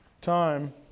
time